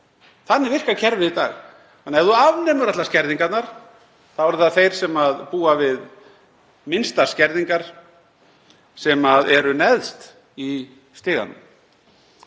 Þannig virkar kerfið í dag. Ef þú afnemur allar skerðingarnar eru það þeir sem búa við minnstar skerðingar sem eru neðst í stiganum.